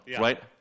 right